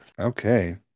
Okay